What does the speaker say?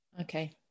Okay